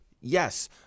Yes